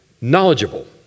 knowledgeable